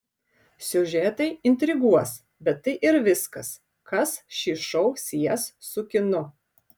siužetai intriguos bet tai ir viskas kas šį šou sies su kinu